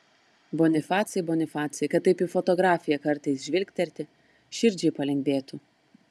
bonifacai bonifacai kad taip į fotografiją kartais žvilgterti širdžiai palengvėtų